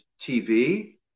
TV